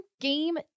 game